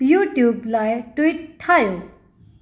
YouTube लाइ tweet ठाहियो